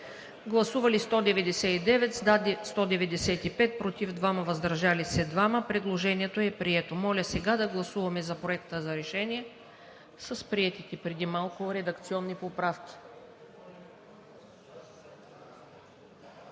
представители: за 195, против 2, въздържали се 2. Предложението е прието. Моля да гласуваме Проекта за решение с приетите преди малко редакционни поправки.